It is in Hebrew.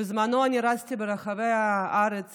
בזמנו אני רצתי ברחבי הארץ